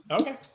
Okay